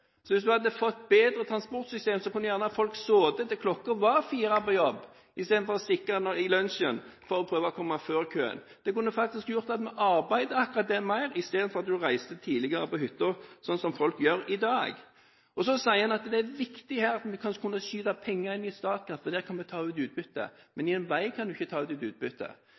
Hvis man hadde fått bedre transportsystemer, kunne folk ha sittet på jobben til klokken var fire istedenfor å stikke i lunsjen for å prøve å komme før køen. Det kunne faktisk ha gjort at vi arbeidet mer i stedet for at man reiste tidligere på hytta, sånn som folk gjør i dag. Og så sier han at det er viktig at vi skal kunne skyte penger inn i Statkraft, for der kan vi ta ut utbytte. Men i en vei kan man ikke ta ut et utbytte.